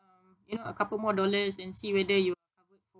um you know a couple more dollars and see whether you